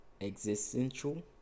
existential